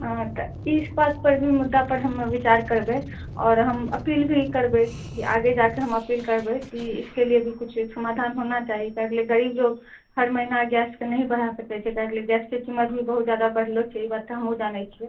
हँ तऽ इस बात पर भी मुद्दा पर हम बिचार करबै आओर हम अपील भी करबै कि आगे जाके हम अपील करबै कि इसके लिए भी किछु समाधान होना चाही काहेके लिए गरीब लोक हर महीना गैसके नहि भरा सकैत छै काहेके लिए गैसके कीमत भी बहुत जादा बढ़लौ छै ई बात तऽ हमहुँ जानै छियै